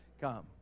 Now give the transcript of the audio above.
come